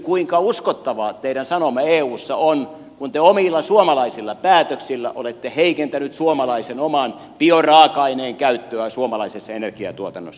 kuinka uskottava teidän sanomanne eussa on kun te omilla suomalaisilla päätöksillä olette heikentänyt suomalaisen oman bioraaka aineen käyttöä suomalaisessa energiatuotannossa